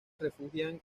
refugian